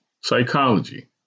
psychology